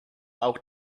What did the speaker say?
auch